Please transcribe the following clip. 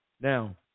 Now